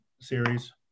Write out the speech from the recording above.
series